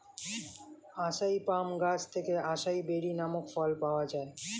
আসাই palm গাছ থেকে acai berry নামক ফল পাওয়া যায়